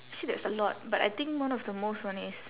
see there's a lot but I think one of the most one is